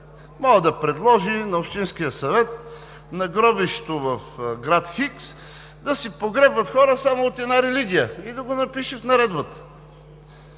може да предложи на общинския съвет на гробището в град Хикс да се погребват хора само от една религия и да го напише в наредбата.